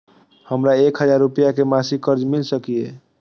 हमरा एक हजार रुपया के मासिक कर्ज मिल सकिय?